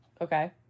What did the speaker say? Okay